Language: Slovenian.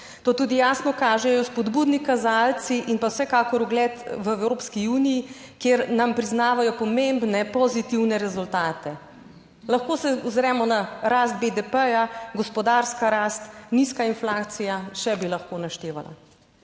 To tudi jasno kažejo spodbudni kazalci in pa vsekakor ugled v Evropski uniji, kjer nam priznavajo pomembne pozitivne rezultate. Lahko se ozremo na rast BDP, gospodarska rast, nizka inflacija, še bi lahko naštevala.